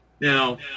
Now